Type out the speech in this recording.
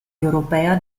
europea